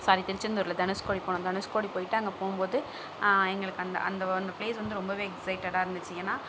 sorry Tiruchendur இல்லை தனுஷ்கோடி போனோம் தனுஷ்கோடி போயிட்டு அங்கே போகும் போது எங்களுக்கு அந்த அந்த அந்த ப்ளேஸ் வந்து ரொம்ப எக்சைட்டடாக இருந்துச்சு ஏன்னா